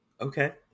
Okay